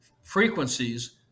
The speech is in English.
frequencies